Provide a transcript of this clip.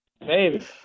Baby